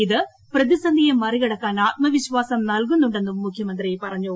ഇത് പ്രതിസന്ധിയെ മറികടക്കാൻ ആത്മവിശ്വാസം നൽകുന്നുണ്ടെന്നും മുഖ്യമന്ത്രി പറഞ്ഞു